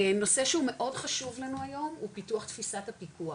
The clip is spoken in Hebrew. נושא שהוא מאוד חשוב לנו היום הוא פיתוח תפיסת הפיקוח,